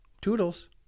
Toodles